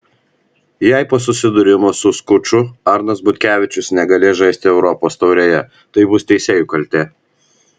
jei po susidūrimo su skuču arnas butkevičius negalės žaisti europos taurėje tai bus teisėjų kaltė